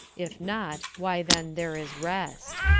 if not, why then there is rest.